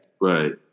Right